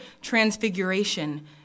transfiguration